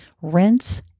rinse